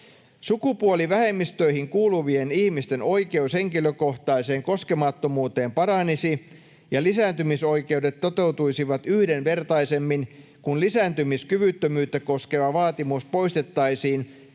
Sukupuolivähemmistöihin kuuluvien ihmisten oikeus henkilökohtaiseen koskemattomuuteen paranisi ja lisääntymisoikeudet toteutuisivat yhdenvertaisemmin, kun lisääntymiskyvyttömyyttä koskeva vaatimus poistettaisiin